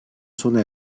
sona